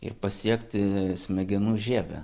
ir pasiekti smegenų žievę